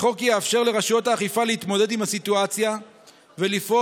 החוק יאפשר לרשויות האכיפה להתמודד עם הסיטואציה ולפעול